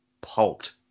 pulped